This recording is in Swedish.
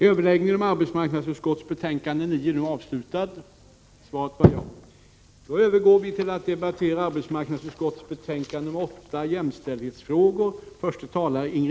Kammaren övergår nu till att debattera arbetsmarknadsutskottets betänkande 8 om jämställdhetsfrågor.